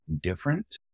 different